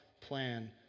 plan